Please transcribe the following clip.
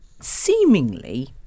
seemingly